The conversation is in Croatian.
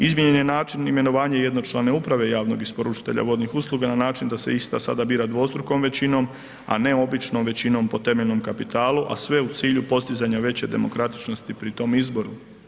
Izmijenjen je način imenovanje jednočlane uprave javnog isporučitelja vodnih usluga na način da se ista sada bira dvostrukom većinom a ne običnom većinom po temeljnom kapitalu a sve u cilju postizanja veće demokratičnosti pri tom izboru.